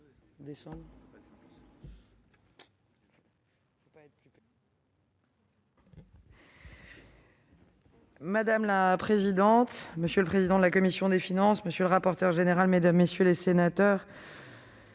Madame la présidente, monsieur le président de la commission des finances, monsieur le rapporteur, mesdames, messieurs les sénateurs,